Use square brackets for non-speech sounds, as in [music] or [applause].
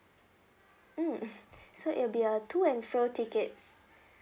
mm [laughs] so it'll be a to and fro tickets